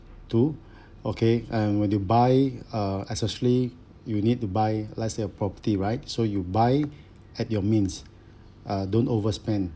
to okay and when you buy uh especially you need to buy let's say a property right so you buy at your means uh don't overspend